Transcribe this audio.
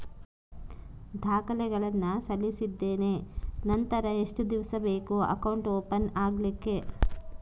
ದಾಖಲೆಗಳನ್ನು ಸಲ್ಲಿಸಿದ್ದೇನೆ ನಂತರ ಎಷ್ಟು ದಿವಸ ಬೇಕು ಅಕೌಂಟ್ ಓಪನ್ ಆಗಲಿಕ್ಕೆ?